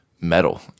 metal